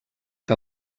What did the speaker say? que